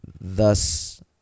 thus